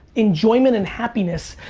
enjoyment and happiness,